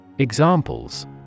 Examples